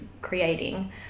creating